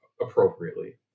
appropriately